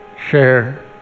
share